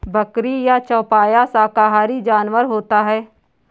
बकरी एक चौपाया शाकाहारी जानवर होता है